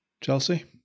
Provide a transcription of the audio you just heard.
Chelsea